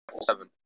seven